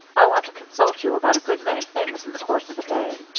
i want to consult you about a good many things in the course of a day.